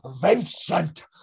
Vincent